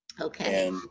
Okay